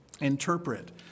interpret